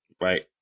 Right